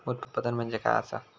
उत्पादन म्हणजे काय असा?